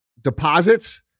deposits